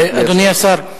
אדוני השר,